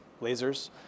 lasers